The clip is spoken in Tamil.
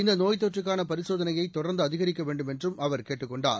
இந்த நோய் தொற்றுக்கான பரிசோதனையை தொடர்ந்து அதிகரிக்க வேண்டுமென்றும் அவர் கேட்டுக் கொண்டார்